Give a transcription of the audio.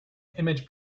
image